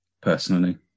personally